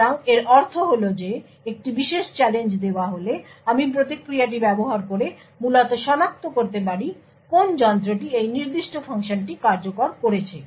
সুতরাং এর অর্থ হল যে একটি বিশেষ চ্যালেঞ্জ দেওয়া হলে আমি প্রতিক্রিয়াটি ব্যবহার করে মূলত সনাক্ত করতে পারি কোন যন্ত্রটি সেই নির্দিষ্ট ফাংশনটি কার্যকর করেছে